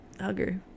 hugger